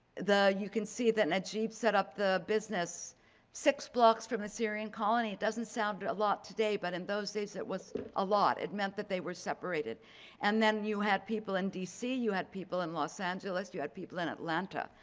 the you can see that najeeb set up the business six blocks from the syrian colony. it doesn't sound a lot today but in those days it was a lot. it meant that they were separated and then you had people in dc, you had people in los angeles, you had people in atlanta,